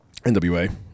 NWA